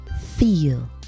feel